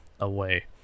away